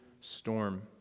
storm